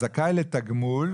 "זכאי לתגמול",